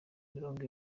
mirongo